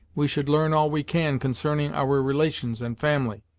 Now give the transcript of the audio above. we should learn all we can concerning our relations and family.